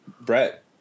brett